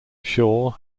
shore